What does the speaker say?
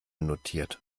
notiert